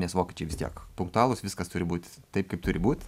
nes vokiečiai vis tiek punktualūs viskas turi būt taip kaip turi būt